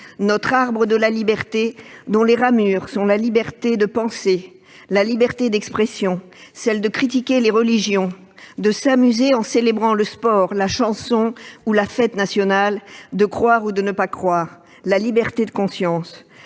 notre arbre de la liberté, dont les ramures sont la liberté de penser, la liberté d'expression, celle de critiquer les religions, de s'amuser en célébrant le sport, la chanson ou la fête nationale, de croire ou de ne pas croire, la liberté de conscience.